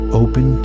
open